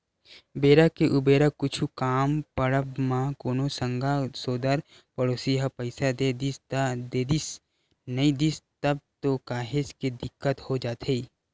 बेरा के उबेरा कुछु काम पड़ब म कोनो संगा सोदर पड़ोसी ह पइसा दे दिस त देदिस नइ दिस तब तो काहेच के दिक्कत हो जाथे